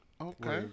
okay